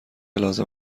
لازم